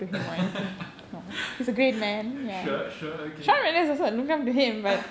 sure sure okay